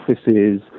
offices